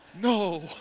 no